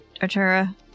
Artura